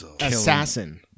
assassin